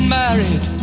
married